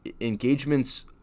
engagement's